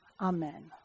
Amen